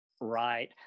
Right